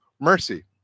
mercy